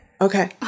Okay